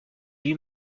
lui